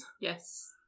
Yes